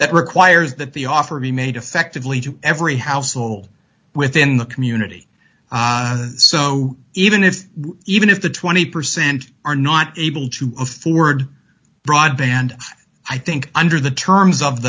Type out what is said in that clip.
that requires that the offer be made effectively to every household within the community so even if even if the twenty percent are not able to afford broadband i think under the terms of